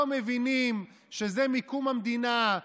לא מבינים שזה מקום המדינה,